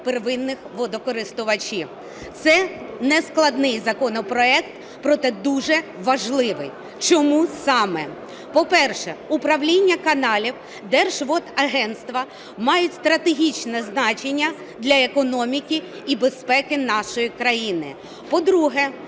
первинних водокористувачів. Це нескладний законопроект, проте дуже важливий. Чому саме? По-перше, Управління каналів Держводагентства має стратегічне значення для економіки і безпеки нашої країни. По-друге,